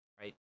right